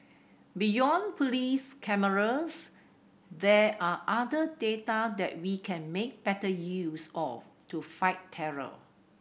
beyond police cameras there are other data that we can make better use of to fight terror